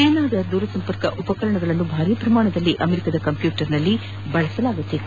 ಚೈನಾದ ದೂರ ಸಂಪರ್ಕ ಉಪಕರಣಗಳನ್ನು ಭಾರಿ ಪ್ರಮಾಣದಲ್ಲಿ ಅಮೆರಿಕಾದ ಕಂಪ್ಯೂಟರ್ನಲ್ಲಿ ಬಳಕೆ ಮಾದಲಾಗುತ್ತಿತ್ತು